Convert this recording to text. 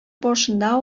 башында